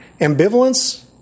Ambivalence